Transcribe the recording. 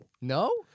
No